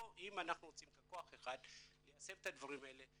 אם אנחנו רוצים ככוח אחד ליישם את הדברים האלה,